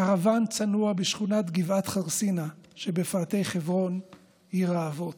קרוואן צנוע בשכונת גבעת חרסינה שבפאתי חברון עיר האבות.